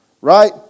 right